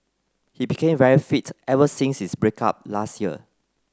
he became very fit ever since his break up last year